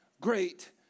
great